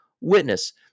witness